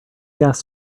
gas